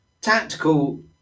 tactical